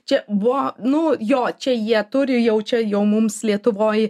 čia buvo nu jo čia jie turi jau čia jau mums lietuvoj